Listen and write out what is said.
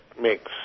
makes